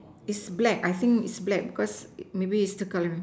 is black I think is black because maybe is the current